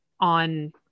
on